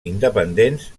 independents